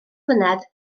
flynedd